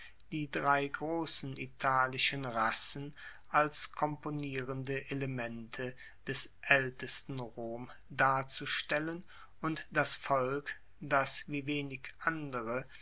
die drei grossen italischen rassen als komponierende elemente des aeltesten rom darzustellen und das volk das wie wenig andere